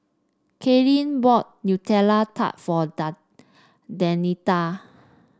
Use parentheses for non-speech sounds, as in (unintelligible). Karlene bought Nutella Tart for (unintelligible) Danita